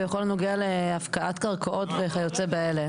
בכל הנוגע להפקעת קרקעות וכיוצא באלה.